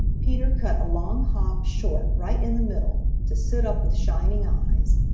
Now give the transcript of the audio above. peter cut a long hop short right in the middle, to sit up with shining eyes.